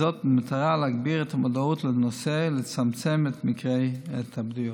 כדי להגביר את המודעות לנושא ולצמצם את מקרי ההתאבדויות.